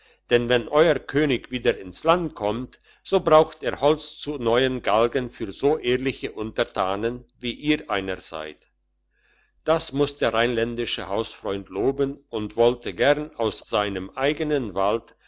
denn wenn euer könig wieder ins land kommt so braucht er holz zu neuen galgen für so ehrliche untertanen wie ihr einer seid das muss der rheinländische hausfreund loben und wollte gern aus seinem eigenen wald